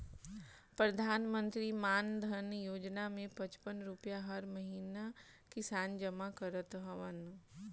प्रधानमंत्री मानधन योजना में पचपन रुपिया हर महिना किसान जमा करत हवन